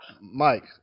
Mike